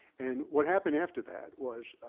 and what happened after that was,